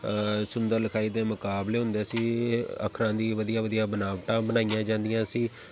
ਸੁੰਦਰ ਲਿਖਾਈ ਦੇ ਮੁਕਾਬਲੇ ਹੁੰਦੇ ਸੀ ਅੱਖਰਾਂ ਦੀ ਵਧੀਆ ਵਧੀਆ ਬਨਾਵਟਾਂ ਬਣਾਈਆਂ ਜਾਂਦੀਆਂ ਸੀ